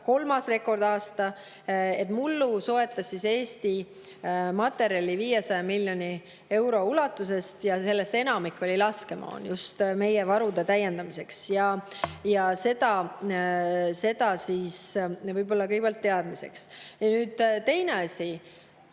kolmas rekordaasta. Mullu soetas Eesti materjali 500 miljoni euro eest ja sellest enamik oli laskemoon just meie varude täiendamiseks. Seda siis kõigepealt teadmiseks. Nüüd teine asi.